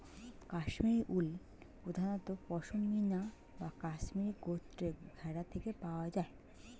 কাশ্মীরি উল প্রধানত পশমিনা বা কাশ্মীরি গোত্রের ভেড়া থেকে পাওয়া যায়